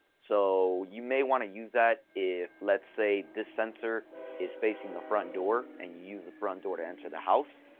so you may want to use that if, let's say, this sensor is facing a front door and you use the front door to enter the house.